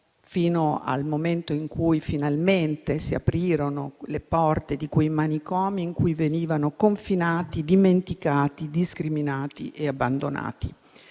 fino al momento in cui finalmente si aprirono le porte di quei manicomi in cui venivano confinati, dimenticati, discriminati e abbandonati.